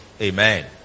Amen